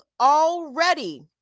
already